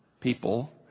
people